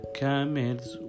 camels